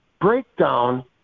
breakdown